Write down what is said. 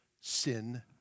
sin